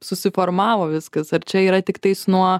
susiformavo viskas ar čia yra tiktais nuo